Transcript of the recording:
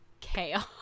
chaos